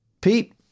Pete